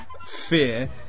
fear